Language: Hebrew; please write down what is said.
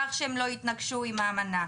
כך שהם לא יתנגשו עם האמנה.